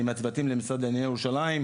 עם הצוותים של המשרד לענייני ירושלים,